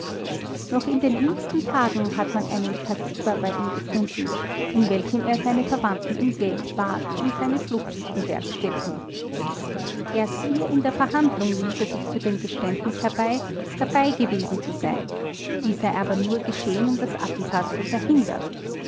noch in den jüngsten tagen hat man einen kassiber bei ihm gefunden in welchem er seine verwandten um geld bat um seine flucht zu bewerkstelligen erst hier in der verhandlung ließ er sich zu dem geständnis herbei dabei gewesen zu sein dies sei aber nur geschehen um das attentat zu verhindern